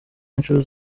inshuro